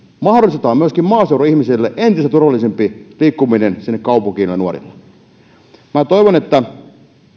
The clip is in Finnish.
mahdollistetaan myöskin maaseudun ihmisille niille nuorille entistä turvallisempi liikkuminen sinne kaupunkiin minä toivon että